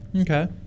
Okay